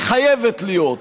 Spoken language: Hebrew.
וחייבת להיות,